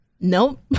Nope